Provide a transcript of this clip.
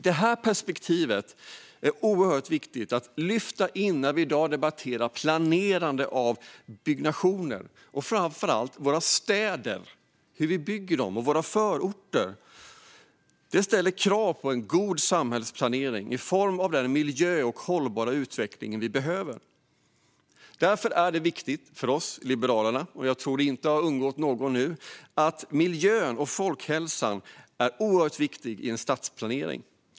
Det här perspektivet är oerhört viktigt att lyfta in när vi debatterar planering och byggande, framför allt hur vi bygger våra städer och våra förorter. Det ställer krav på god samhällsplanering i fråga om miljö och den hållbara utveckling vi behöver. För oss i Liberalerna är miljön och folkhälsan oerhört viktiga i stadsplaneringen. Det har nog inte undgått någon nu.